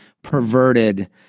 perverted